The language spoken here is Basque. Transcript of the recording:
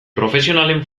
profesionalen